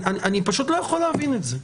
אני פשוט לא יכול להבין את זה.